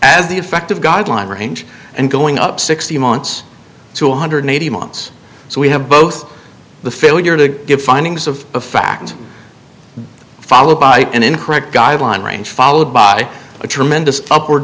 as the effective guideline range and going up sixty months to one hundred eighty months so we have both the failure to give findings of fact followed by an incorrect guideline range followed by a tremendous upward